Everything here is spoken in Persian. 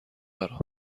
دارم